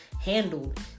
handled